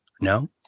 No